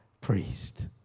priest